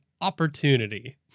opportunity